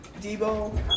Debo